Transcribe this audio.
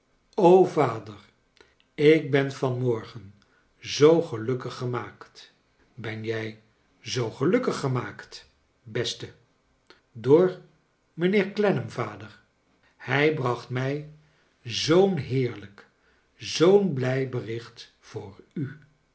vader ik ben van morgen zoo gelukkig gemaakt ben jij zoo gelnkkig gemaakt beste door mijnheer clennam vader hij braoht mij zoo'n heerlijk zoo'n blij bericht voor ul